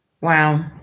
Wow